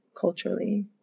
culturally